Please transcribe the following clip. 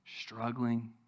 struggling